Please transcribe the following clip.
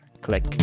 click